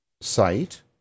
site